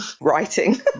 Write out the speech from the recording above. writing